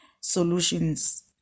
solutions